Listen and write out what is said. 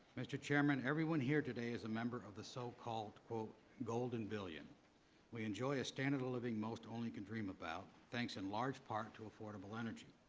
mr. chairman, everyone here today is a member of the so-called golden billion we enjoy a standard of living most only can dream about, thanks in large part to affordable energy.